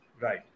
Right